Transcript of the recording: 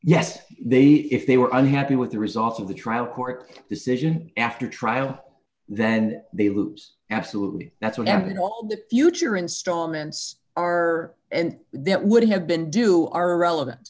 if they if they were unhappy with the results of the trial court decision after trial then they lose absolutely that's what happened all the future installments are and that would have been due are relevant